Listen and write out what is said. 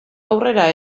aurrera